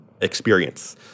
experience